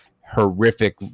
horrific